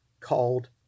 called